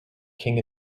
king